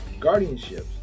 Guardianships